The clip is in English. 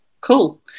Cool